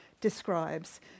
describes